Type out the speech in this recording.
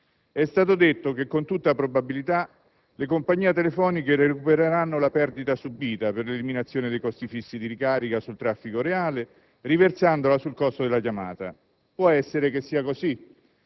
È stato detto che con tutta probabilità le compagnie telefoniche recupereranno la perdita subita per l'eliminazione dei costi fissi di ricarica sul traffico reale, riversandola sul costo della chiamata. Può essere che sia così,